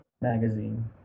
magazine